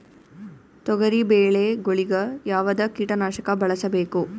ತೊಗರಿಬೇಳೆ ಗೊಳಿಗ ಯಾವದ ಕೀಟನಾಶಕ ಬಳಸಬೇಕು?